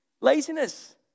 Laziness